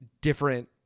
different